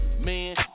Man